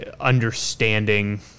understanding